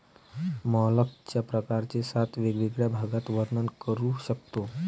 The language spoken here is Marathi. मॉलस्कच्या प्रकारांचे सात वेगवेगळ्या भागात वर्णन करू शकतो